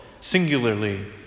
singularly